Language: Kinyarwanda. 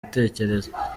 gutekereza